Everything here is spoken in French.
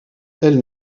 elles